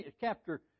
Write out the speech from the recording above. chapter